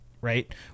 right